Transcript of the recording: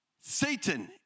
Satan